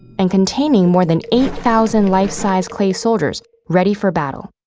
and containing more than eight thousand life-size clay soldiers ready for battle.